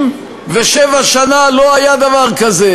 67 שנה לא היה דבר כזה.